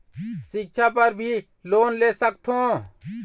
सिक्छा बर भी लोन ले सकथों?